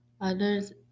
others